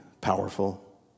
powerful